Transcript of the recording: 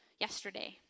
yesterday